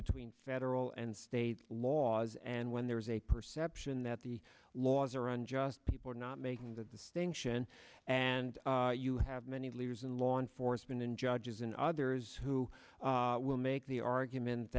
between federal and state laws and when there is a perception that the laws are unjust people are not making that distinction and you have many leaders in law enforcement and judges and others who will make the argument